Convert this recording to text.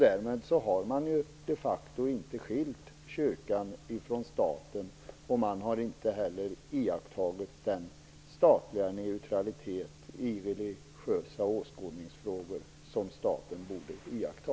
Därmed har man de facto inte skilt kyrkan från staten, och man har inte heller iakttagit den statliga neutralitet i fråga om religiös åskådning som staten borde iaktta.